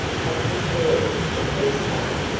captain perry, the first mate,